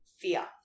fear